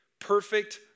perfect